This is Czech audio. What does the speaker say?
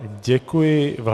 Děkuji vám.